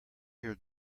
hear